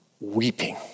weeping